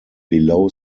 below